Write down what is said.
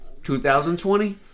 2020